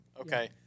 okay